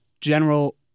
general